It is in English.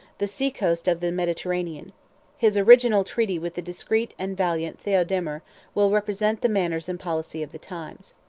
the sea-coast of the mediterranean his original treaty with the discreet and valiant theodemir will represent the manners and policy of the times.